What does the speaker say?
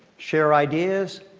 share ideas,